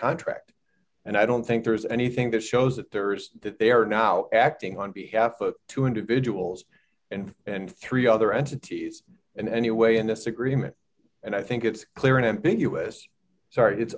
contract and i don't think there's anything that shows that there is that they are now acting on behalf of two individuals and and three other entities in any way in this agreement and i think it's clear in ambiguous sorry it's